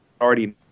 already